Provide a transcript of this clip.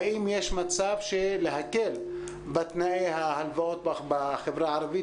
האם יש מצב להקל בתנאי ההלוואות בחברה הערבית,